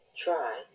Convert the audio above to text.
try